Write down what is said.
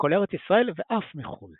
מכל ארץ ישראל ואף מחו"ל.